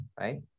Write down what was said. right